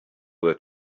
that